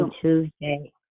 Tuesday